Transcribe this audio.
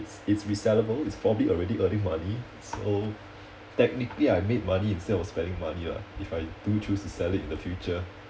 it's it's resellable it's probably already earning money so technically I made money instead of spending money lah if I do choose to sell it in the future